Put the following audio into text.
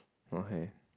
okay